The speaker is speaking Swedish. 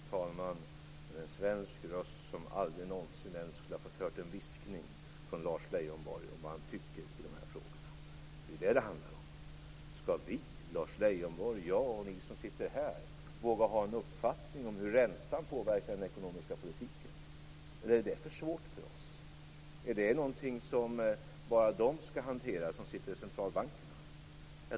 Fru talman! Men en svensk röst som aldrig någonsin ens skulle ha fått höra en viskning från Lars Leijonborg om vad han tycker i de här frågorna! Det är detta det handlar om. Skall vi, Lars Leijonborg, jag och ni som sitter här, våga ha en uppfattning om hur räntan påverkar den ekonomiska politiken, eller är det för svårt för oss? Är det någonting som bara de skall hantera som sitter i centralbankerna?